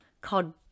called